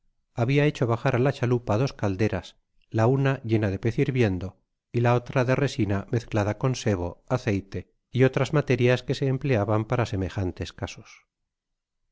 habia hecho bajar á la chalupa dos calderas la una llena de pez hirviendo y la otra de resina mezclada con sebo aceite y otras materias que se emplean para semejantes casos